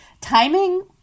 Timing